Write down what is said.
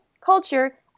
culture